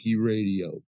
Radio